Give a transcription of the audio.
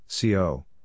CO